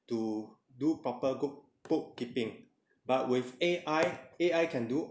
to do proper good proper bookkeeping but with A_I A_I can do